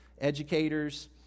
educators